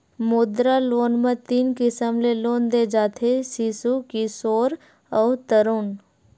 मुद्रा लोन म तीन किसम ले लोन दे जाथे सिसु, किसोर अउ तरून